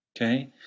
Okay